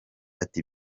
ati